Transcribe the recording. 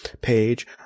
page